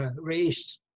raised